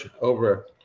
over